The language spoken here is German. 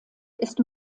ist